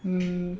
mm